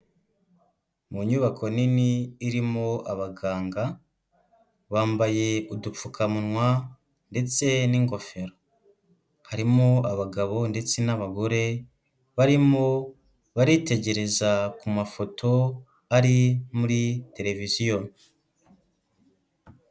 Mu nyubako nini irimo abaganga, bambaye udupfukamunwa ndetse n'ingofero, harimo abagabo ndetse n'abagore, barimo baritegereza ku mafoto ari muri televiziyo.